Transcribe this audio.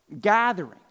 Gathering